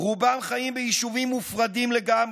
רובם חיים ביישובים מופרדים לגמרי,